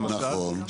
למשל,